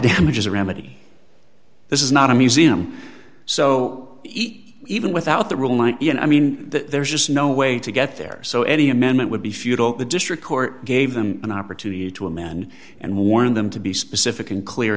damages a remedy this is not a museum so even without the ruling you know i mean there's just no way to get there so any amendment would be futile the district court gave them an opportunity to amend and warn them to be specific and clear